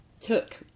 took